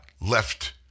left